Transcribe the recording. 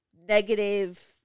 negative